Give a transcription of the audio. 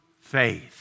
faith